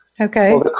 Okay